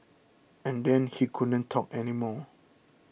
and then he couldn't talk anymore